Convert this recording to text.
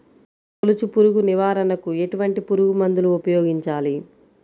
తొలుచు పురుగు నివారణకు ఎటువంటి పురుగుమందులు ఉపయోగించాలి?